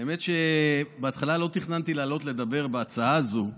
האמת היא שבהתחלה לא תכננתי לעלות לדבר בהצעה הזו,